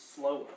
slower